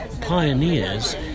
pioneers